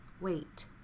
wait